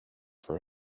for